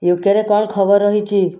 ୟୁକେରେ କ'ଣ ଖବର ରହିଛି